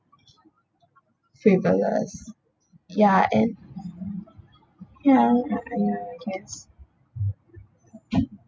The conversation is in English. frivolous ya and ya ya I know I guess